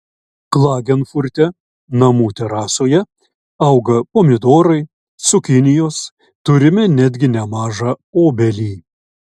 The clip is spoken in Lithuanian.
klagenfurte namų terasoje auga pomidorai cukinijos turime netgi nemažą obelį